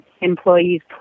employees